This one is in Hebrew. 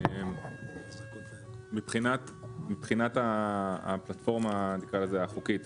מבחינת הפלטפורמה החוקית,